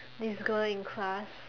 this girl in class